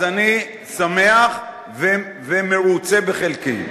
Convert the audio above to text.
אז אני שמח ומרוצה בחלקי.